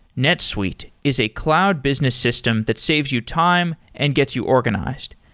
netsuite is a cloud business system that saves you time and gets you organized.